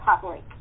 public